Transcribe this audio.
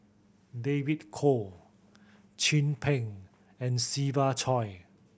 David Kwo Chin Peng and Siva Choy